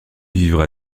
vivra